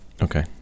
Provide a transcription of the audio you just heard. Okay